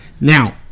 Now